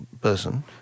person